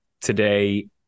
today